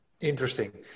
Interesting